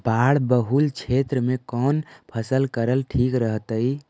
बाढ़ बहुल क्षेत्र में कौन फसल करल ठीक रहतइ?